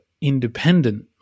independent